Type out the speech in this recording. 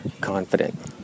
confident